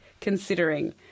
considering